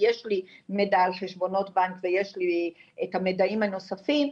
כי יש לי מידע על חשבונות בנק ואת המיידעים הנוספים,